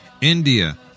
India